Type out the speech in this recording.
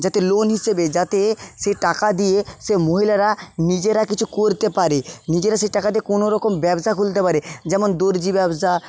যাতে লোন হিসেবে যাতে সেই টাকা দিয়ে সে মহিলারা নিজেরা কিছু করতে পারে নিজেরা সেই টাকা দিয়ে কোনো রকম ব্যবসা খুলতে পারে যেমন দর্জি ব্যবসা